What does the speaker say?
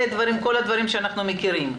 וכל הדברים שאנחנו מכירים,